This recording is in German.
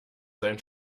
sein